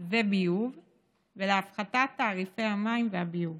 וביוב ולהפחתת תעריפי המים והביוב.